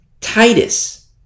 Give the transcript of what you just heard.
Titus